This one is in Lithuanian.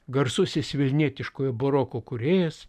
garsusis vilnietiškojo baroko kūrėjas